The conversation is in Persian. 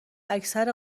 اکثر